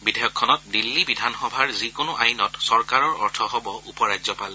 বিধেয়কখনত দিল্লী বিধানসভাৰ যিকোনো আইনত চৰকাৰৰ অৰ্থ হব উপ ৰাজ্যপাল